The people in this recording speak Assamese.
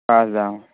পাঁচ হেজাৰ অঁ